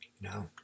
No